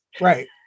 Right